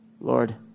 Lord